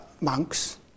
monks